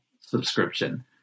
subscription